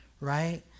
right